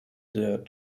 der